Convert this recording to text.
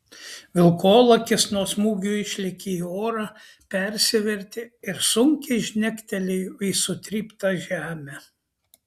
vilkolakis nuo smūgio išlėkė į orą persivertė ir sunkiai žnektelėjo į sutryptą žemę